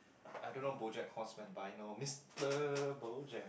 I don't know BoJack-Horseman but I know Mister BoJack